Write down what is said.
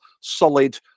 solid